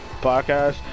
podcast